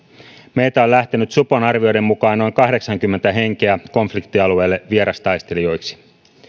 meiltä on lähtenyt supon arvioiden mukaan noin kahdeksankymmentä henkeä konfliktialueelle vierastaistelijoiksi